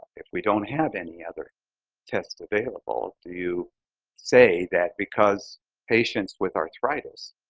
if we don't have any other test available, do you say that because patients with arthritis,